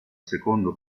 secondo